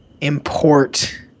import